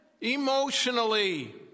emotionally